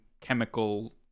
chemical